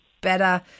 better